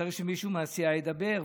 וצריך שמישהו מהסיעה ידבר,